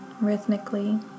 rhythmically